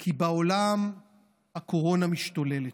כי בעולם הקורונה משתוללת,